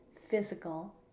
physical